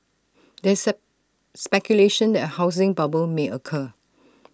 there is speculation that A housing bubble may occur